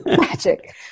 magic